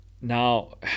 Now